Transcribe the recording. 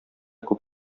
күп